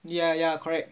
ya ya correct